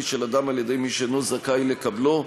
של אדם על-ידי מי שאינו זכאי לקבלו,